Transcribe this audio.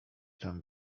tam